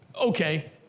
Okay